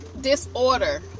disorder